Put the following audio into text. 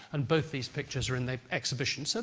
and both these pictures are in the exhibition, so